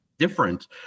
different